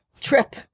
trip